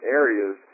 areas